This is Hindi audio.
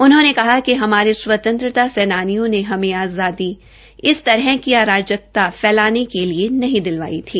उन्होंने कहा कि हमारे स्वतंत्रता सेनानियों ने हमें आजादी इस तरह की अराजकता फैलाने के लिए नहीं दिलवाई थी